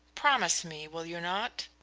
promise me, will you not?